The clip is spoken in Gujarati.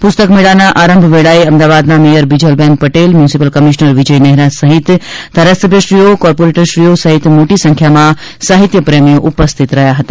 પુસ્તકના મેળાના આરંભ વેળાએ અમદાવાદના mayor Bijalben Patel municipal commissioner Vijay Nehra સહિત ધારાસભ્યશ્રીઓ કોર્પોરેટરશ્રીઓ સહિત મોટી સંખ્યામાં સાહિત્યપ્રેમીઓ ઉપસ્થિત રહ્યા હતા